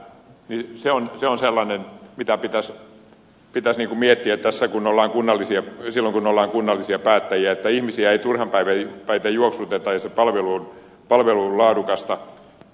se on sellaista mitä pitäisi miettiä silloin kun ollaan kunnallisia päättäjiä että ihmisiä ei turhan päiten juoksuteta ja palvelu on laadukasta